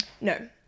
no